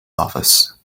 office